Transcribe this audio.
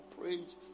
praise